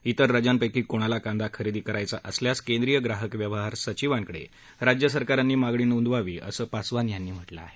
ित्वर राज्यांपैकी कोणालाही कांदा खरेदी करायचा असल्यास केंद्रीय ग्राहक व्यवहार सचिवांकडे राज्य सरकारांनी मागणी नोंदवावी असं पासवान यांनी म्हटलं आहे